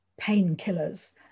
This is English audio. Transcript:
painkillers